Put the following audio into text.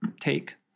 take